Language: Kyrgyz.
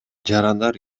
жарандар